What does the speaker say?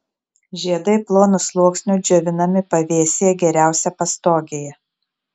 žiedai plonu sluoksniu džiovinami pavėsyje geriausia pastogėje